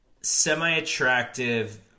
semi-attractive